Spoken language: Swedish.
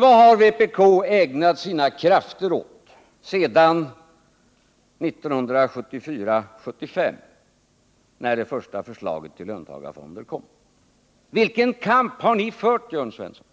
Vad är det som vpk ägnat sina krafter åt sedan 1974-1975, dvs. sedan det första förslaget till löntagarfonder lades fram? Vilken kamp har ni fört, Jörn Svensson?